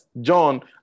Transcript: John